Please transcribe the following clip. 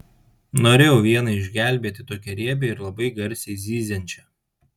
norėjau vieną išgelbėti tokią riebią ir labai garsiai zyziančią